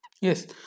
yes